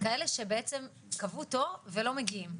כאלה שבעצם קבעו תור ולא מגיעים,